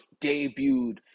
debuted